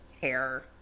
hair